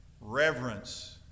reverence